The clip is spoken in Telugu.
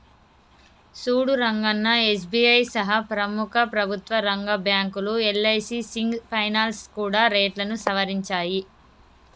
సూడు రంగన్నా ఎస్.బి.ఐ సహా ప్రముఖ ప్రభుత్వ రంగ బ్యాంకులు యల్.ఐ.సి సింగ్ ఫైనాల్స్ కూడా రేట్లను సవరించాయి